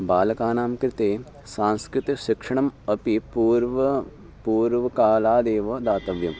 बालकानां कृते सांस्कृतिकशिक्षणम् अपि पूर्वं पूर्वकालादेव दातव्यं